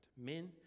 Men